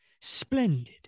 splendid